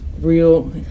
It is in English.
real